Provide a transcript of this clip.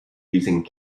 using